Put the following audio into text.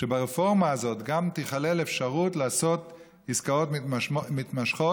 שברפורמה הזאת גם תיכלל אפשרות לעשות עסקאות מתמשכות,